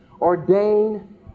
ordained